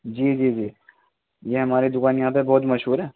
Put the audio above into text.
جی جی جی یہ ہمارے دکان یہاں پہ بہت مشہور ہے